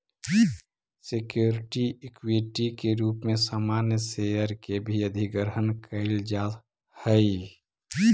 security equity के रूप में सामान्य शेयर के भी अधिग्रहण कईल जा हई